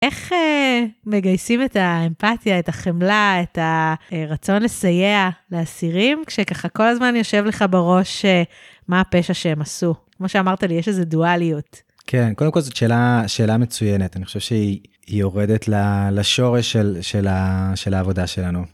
איך מגייסים את האמפתיה, את החמלה, את הרצון לסייע לאסירים, כשככה כל הזמן יושב לך בראש מה הפשע שהם עשו? כמו שאמרת לי, יש איזו דואליות. כן, קודם כל זאת שאלה מצוינת, אני חושב שהיא יורדת לשורש של העבודה שלנו.